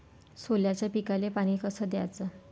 सोल्याच्या पिकाले पानी कस द्याचं?